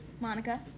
Monica